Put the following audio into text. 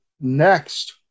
next